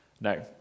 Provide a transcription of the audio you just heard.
No